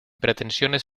pretensiones